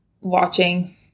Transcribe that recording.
watching